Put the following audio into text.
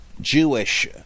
Jewish